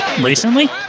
Recently